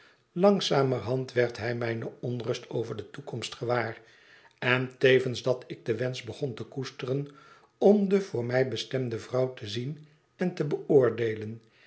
langzamerhand werd hij mijne onrust over de toekomst gewaar en tevens dat ik den wensch begon te koesteren om de voor mij bestemde vrouw te zien en te beoordeelen